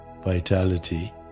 vitality